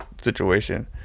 situation